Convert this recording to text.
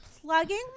plugging